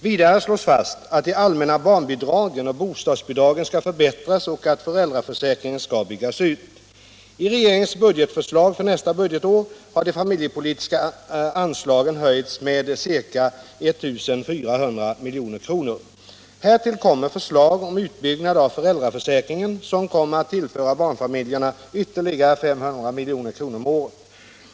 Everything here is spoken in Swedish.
Vidare slås fast att de allmänna barnbidragen och bostadsbidragen skall förbättras och att föräldraförsäkringen skall byggas ut. I regeringens budgetförslag för nästa budgetår har de familjepolitiska anslagen höjts med ca 1400 milj.kr. Härtill kommer förslag om utbyggnad av föräldraförsäkringen som kommer att tillföra barnfamiljerna ytterligare 500 milj.kr. om året.